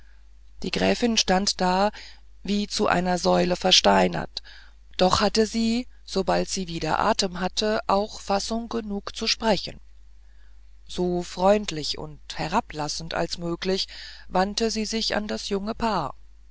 die gräfin stand da wie zu einer säule versteinert doch hatte sie sobald sie wieder atem hatte auch fassung genug zu sprechen so freundlich und herablassend als möglich wandte sie sich an das junge paar